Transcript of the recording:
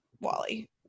wally